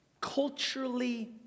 culturally